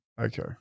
Okay